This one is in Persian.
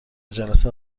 جلسه